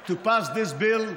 to pass this bill,